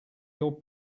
your